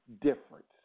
difference